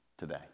Today